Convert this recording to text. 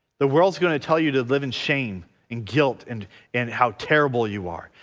the world's gonna tell you to live in shame and guilt and in how terrible you are.